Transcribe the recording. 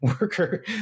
worker